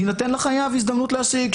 תינתן לחייב הזדמנות להשיג.